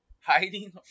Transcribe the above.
hiding